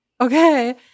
Okay